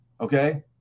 okay